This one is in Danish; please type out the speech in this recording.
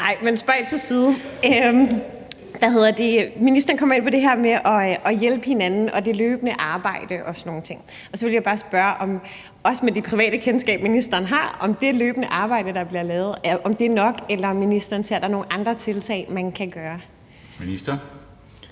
Ej, spøg til side. Ministeren kommer ind på det her med at hjælpe hinanden og det løbende arbejde og sådan nogle ting, og så vil jeg bare spørge – også med det private kendskab, ministeren har – om det løbende arbejde, der bliver lavet, er nok, eller om ministeren ser, at der er nogle andre tiltag, man kan gøre. Kl.